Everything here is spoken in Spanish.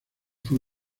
fue